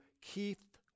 Keith